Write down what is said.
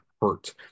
hurt